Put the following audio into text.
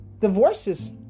divorces